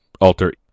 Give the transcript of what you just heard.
alter